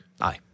Aye